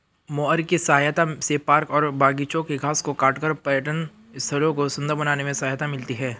mower की सहायता से पार्क और बागिचों के घास को काटकर पर्यटन स्थलों को सुन्दर बनाने में सहायता मिलती है